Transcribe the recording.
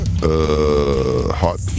Hot